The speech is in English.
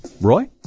Roy